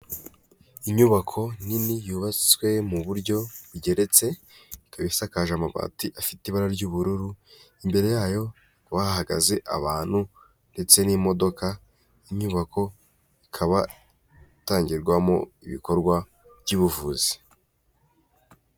Inyubako nini yubatswe mu buryo bugeretse ikaba isakaje amabati afite ibara ry'ubururu, imbere yayo hahagaze abantu ndetse n'imodoka, inyubako ikaba itangirwamo ibikorwa by'ubuvuzi.